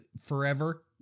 forever